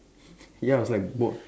ya I was like bald